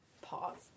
Pause